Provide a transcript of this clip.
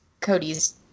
Cody's